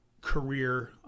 career